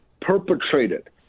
perpetrated